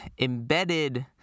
embedded